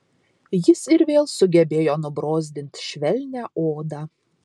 jis ir vėl sugebėjo nubrozdint švelnią odą